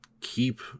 keep